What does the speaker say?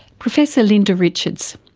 professor linda richards.